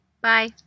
Bye